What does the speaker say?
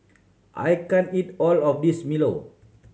I can't eat all of this milo